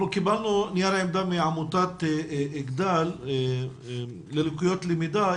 אנחנו קיבלנו נייר עמדה מעמותת אגד"ל ללקויות למידה.